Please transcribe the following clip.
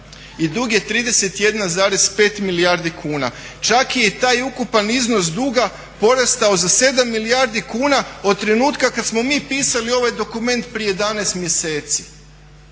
i dug je 31,5 milijardi kuna. Čak i taj ukupan iznos duga porastao za 7 milijardi kuna od trenutka kad smo mi pisali ovaj dokument prije 11 mjeseci.